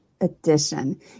Edition